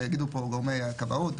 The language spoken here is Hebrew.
ויגידו פה גורמי הכבאות,